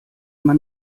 man